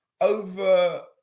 over